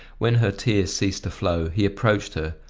when her tears ceased to flow, he approached her,